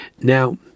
Now